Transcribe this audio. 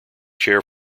chair